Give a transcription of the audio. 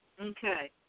Okay